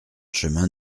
chemin